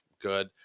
good